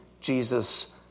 Jesus